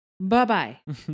bye-bye